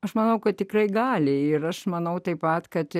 aš manau kad tikrai gali ir aš manau taip pat kad